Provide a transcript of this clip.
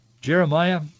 Jeremiah